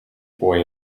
boy